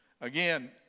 Again